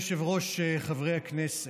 אדוני היושב-ראש, חברי הכנסת.